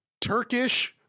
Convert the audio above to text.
Turkish